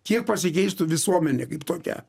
kiek pasikeistų visuomenė kaip tokia